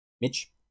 Mitch